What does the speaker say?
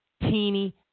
teeny